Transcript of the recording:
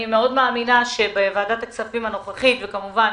אני מאמינה מאוד שבוועדת הכספים הנוכחית וכמובן